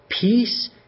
peace